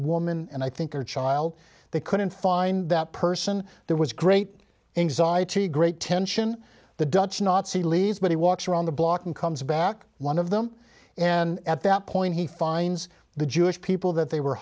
woman and i think her child they couldn't find that person there was great anxiety great tension the dutch nazi leaves but he walks around the block and comes back one of them and at that point he finds the jewish people that they were